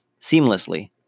seamlessly